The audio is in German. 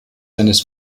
seines